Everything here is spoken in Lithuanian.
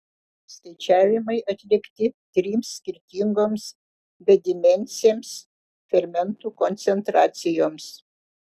skaičiavimai atlikti trims skirtingoms bedimensėms fermentų koncentracijoms